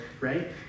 right